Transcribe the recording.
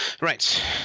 Right